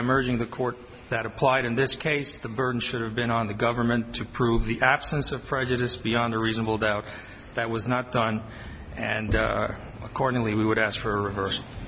urging the court that applied in this case the burden should have been on the government to prove the absence of prejudice beyond a reasonable doubt that was not done and accordingly we would ask for a revers